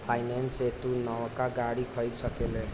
finance से तू नवका गाड़ी खरीद सकेल